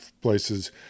places